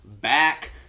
back